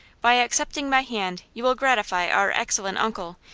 by accepting my hand you will gratify our excellent uncle,